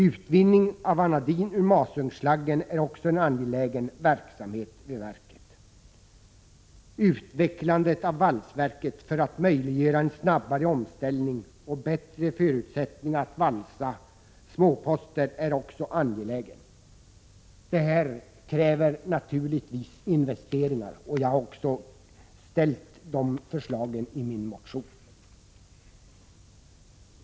Utvinning av vanadin ur masugnsslaggen är också en angelägen verksamhet vid verket. Utvecklandet av valsverket för att möjliggöra en snabbare omställning och bättre förutsättningar att valsa småposter är också angeläget. Detta kräver naturligtvis investeringar, och jag har ställt förslag därom i min motion.